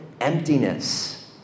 emptiness